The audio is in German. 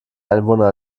einwohner